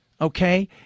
Okay